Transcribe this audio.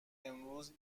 امروز